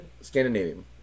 Scandinavian